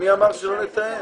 מי אמר שלא נתאם?